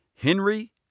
Henry